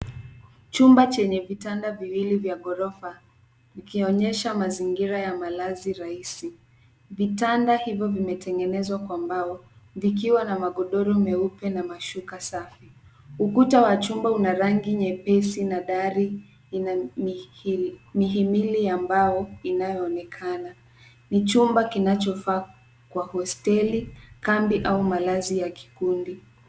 Chumba chenye vitanda viwili vya ghorofa, vikionyesha mazingira ya malazi rahisi. Vitanda hivyo vimetengenezwa kwa mbao , vikiwa na magodoro meupe na mashuka safi. Ukuta wa chumba una rangi nyepesi na dari lina mihimili ya mbao inayoonekana. Ni chumba kinachofaa kwa hosteli, kambi, au malazi ya kikundi.